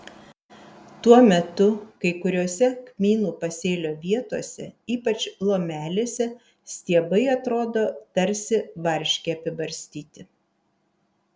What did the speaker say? tuo metu kai kuriose kmynų pasėlio vietose ypač lomelėse stiebai atrodo tarsi varške apibarstyti